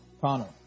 Connell